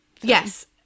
yes